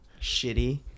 shitty